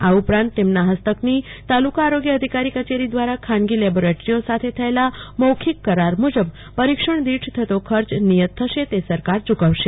આ ઉપરાંત તેમના હસ્તકની તાલુકા આરોગ્ય અધિકારી કચેરી દ્વારા ખાનગી લેબોરેટરીઓ સાથે થયેલા મોખિક કરાર મુજબ પરીક્ષણ દીઠ થતો ખર્ચ નિયત થશે તે સરકાર ચૂકવશે